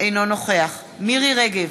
אינו נוכח מירי רגב,